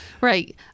Right